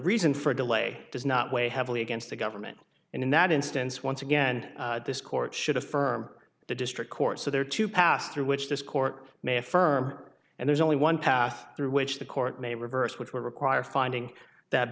reason for a delay does not weigh heavily against the government and in that instance once again this court should affirm the district court so there to pass through which this court may affirm and there's only one path through which the court may be reversed which will require finding that